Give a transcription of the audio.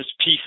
peace